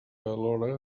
alhora